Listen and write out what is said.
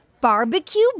Barbecue